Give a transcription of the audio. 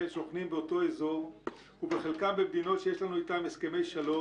שוכנים באותו אזור וחלקם במדינות שיש לנו איתן הסכמי שלום